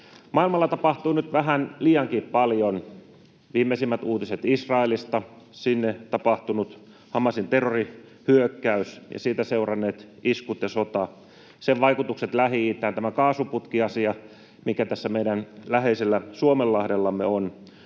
Maailmalla tapahtuu nyt vähän liiankin paljon: viimeisimmät uutiset Israelista, sinne tapahtunut Hamasin terrorihyökkäys ja siitä seuranneet iskut ja sota, sen vaikutukset Lähi-itään, tämä kaasuputkiasia, mikä tässä meidän läheisellä Suomenlahdellamme on,